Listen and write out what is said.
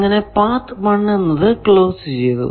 അങ്ങനെ പാത്ത് 1 എന്നത് ക്ലോസ് ചെയ്തു